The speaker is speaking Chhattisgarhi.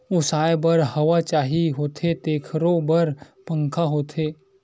ओसाए बर हवा चाही होथे तेखरो बर पंखा होथे